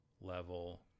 level